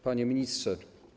Panie Ministrze!